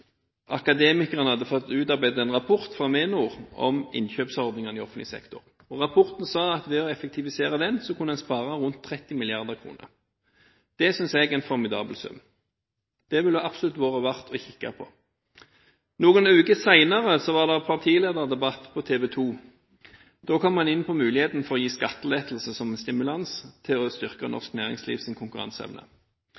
Akademikerne hadde fått utarbeidet en rapport, fra Menon, om innkjøpsordningene i offentlig sektor. Rapporten viste til at ved å effektivisere kunne man spare rundt 30 mrd. kr. Det synes jeg er en formidabel sum. Det er det absolutt verdt å kikke på. Noen uker senere var det partilederdebatt på TV 2. Da kom man inn på muligheten for å gi skattelettelser som en stimulans for å styrke